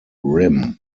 rim